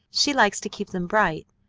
she likes to keep them bright.